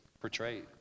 portrayed